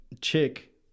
chick